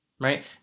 Right